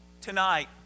Tonight